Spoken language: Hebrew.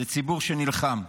זה ציבור שנלחם.